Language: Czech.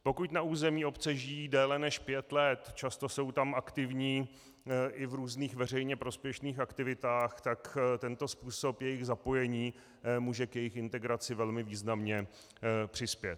Pokud na území obce žijí déle než pět let, často jsou tam aktivní i v různých veřejně prospěšných aktivitách, tak tento způsob jejich zapojení může k jejich integraci velmi významně přispět.